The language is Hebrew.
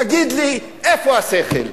תגיד לי, איפה השכל?